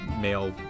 male